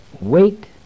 wait